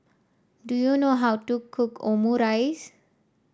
do you know how to cook Omurice